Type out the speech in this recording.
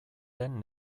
den